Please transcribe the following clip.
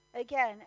Again